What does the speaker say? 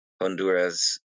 Honduras